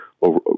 over